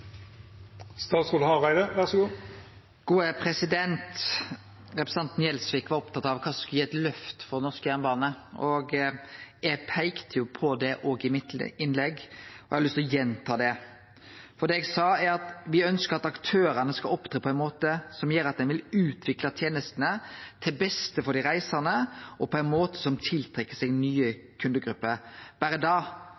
Representanten Gjelsvik var opptatt av kva som skulle gi eit løft for norsk jernbane. Eg peikte på det i innlegget mitt, og eg har lyst til å gjenta det. Det eg sa, er at me ønskjer at aktørane skal opptre på ein måte som gjer at ein vil utvikle tenestene til beste for dei reisande og på ein måte som tiltrekkjer seg nye